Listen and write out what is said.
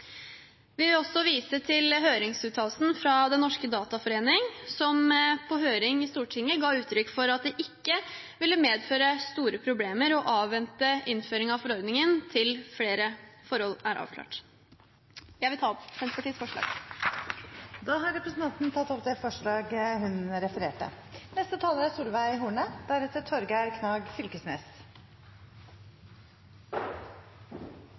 Vi vil også vise til høringsuttalelsen fra Den Norske Dataforening, som på høring i Stortinget ga uttrykk for at det ikke ville medføre store problemer å avvente innføringen av forordningen til flere forhold er avklart. Jeg vil ta opp Senterpartiets forslag. Representanten Emilie Enger Mehl har tatt opp de forslagene hun refererte til. Det er